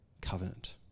covenant